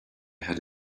had